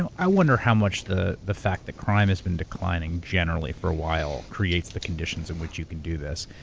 i wonder how much the the fact that crime has been declining generally for a while, creates the conditions in which you can do this.